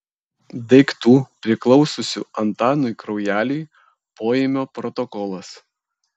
daiktų priklausiusių antanui kraujeliui poėmio protokolas